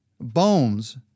bones